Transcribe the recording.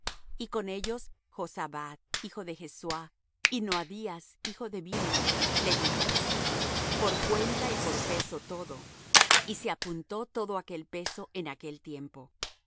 y con ellos jozabad hijo de jesuá y noadías hijo de binnui levitas por cuenta y por peso todo y se apuntó todo aquel peso en aquel tiempo